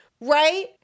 right